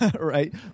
right